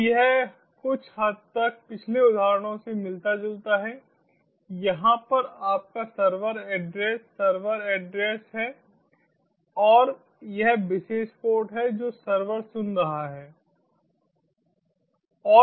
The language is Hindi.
तो यह कुछ हद तक पिछले उदाहरणों से मिलता जुलता है यहाँ पर आपका सर्वर एड्रेस सर्वर एड्रेस है और वह विशेष पोर्ट है जो सर्वर सुन रहा है